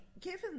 given